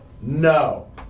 No